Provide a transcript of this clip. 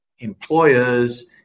employers